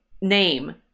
name